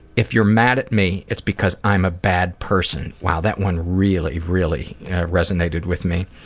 if you're mad at me it's because i'm a bad person wow, that one really, really resonated with me.